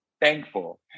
Thankful